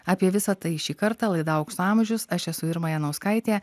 apie visa tai šį kartą laida aukso amžius aš esu irma janauskaitė